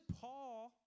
Paul